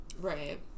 Right